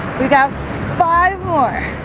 we got five more